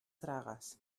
tragues